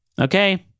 Okay